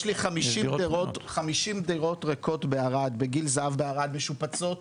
יש לי 50 דירות בערד משופצות,